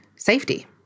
safety